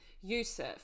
Yusuf